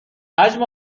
حجم